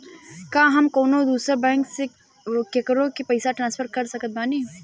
का हम कउनों दूसर बैंक से केकरों के पइसा ट्रांसफर कर सकत बानी?